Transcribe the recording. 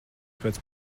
pēc